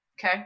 Okay